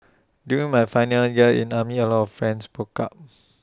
during my final year in army A lot of friends broke up